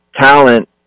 talent